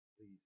Please